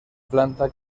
planta